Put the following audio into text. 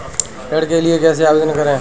ऋण के लिए कैसे आवेदन करें?